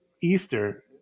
Easter